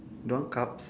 don't want cups